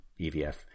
EVF